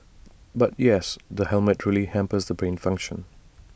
but yes the helmet really hampers the brain function